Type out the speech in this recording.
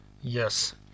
Yes